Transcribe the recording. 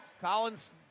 Collins